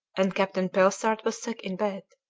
and captain pelsart was sick in bed.